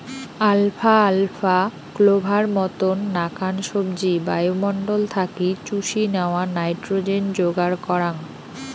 alpha আলফা, clover মতন নাকান সবজি বায়ুমণ্ডল থাকি চুষি ন্যাওয়া নাইট্রোজেন যোগার করাঙ